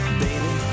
baby